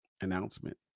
announcement